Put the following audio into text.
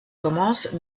commence